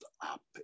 up